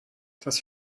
das